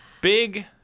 Big